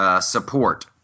Support